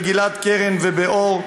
גלעד קרן ואור,